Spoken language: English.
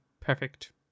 perfect